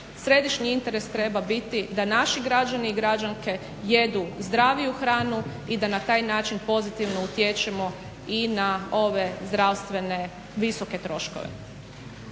središnji interes treba biti da naši građani i građanke jedu zdraviju hranu i da na taj način pozitivno utječemo i na ove zdravstvene visoke troškove.